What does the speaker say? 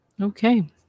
Okay